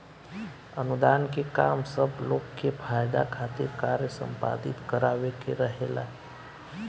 अनुदान के काम सब लोग के फायदा खातिर कार्य संपादित करावे के रहेला